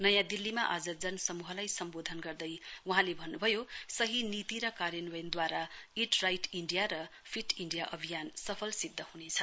नयाँ दिल्लीमा आज जनसमूहलाई सम्बोधन गर्दै वहाँले भन्नुभयो सही नीति र कार्यान्वयनद्वारा ईट राइट इण्डिया र फिट इण्डिया अभियान सफल सिध्द हनेछ